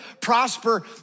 prosper